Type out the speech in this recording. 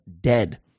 dead